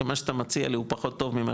כי מה שאתה מציע לי הוא פחות טוב ממה